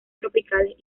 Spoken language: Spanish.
tropicales